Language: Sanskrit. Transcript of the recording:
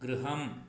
गृहम्